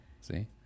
see